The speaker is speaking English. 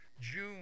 June